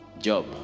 job